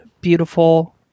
beautiful